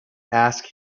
ask